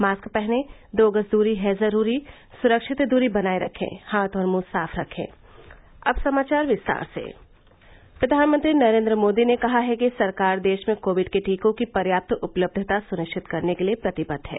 mask पहनें दो गज दूरी है जरूरी सुरक्षित दूरी बनाये रखें हाथ और मुंह साफ रखें प्रधानमंत्री नरेन्द्र मोदी ने कहा है कि सरकार देश में कोविड के टीकों की पर्याप्त उपलब्धता सुनिश्चित करने के लिए प्रतिबद्ध है